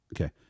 Okay